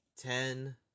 Ten